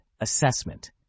Assessment